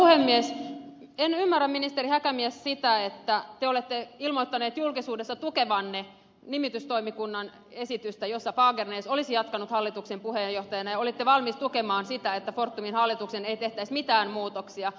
en ymmärrä ministeri häkämies sitä että te olette ilmoittanut julkisuudessa tukevanne nimitystoimikunnan esitystä jossa fagernäs olisi jatkanut hallituksen puheenjohtajana ja olette valmis tukemaan sitä että fortumin hallitukseen ei tehtäisi mitään muutoksia